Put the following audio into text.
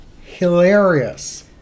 Hilarious